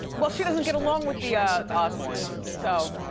well, she doesn't get along with the ah osborne's so.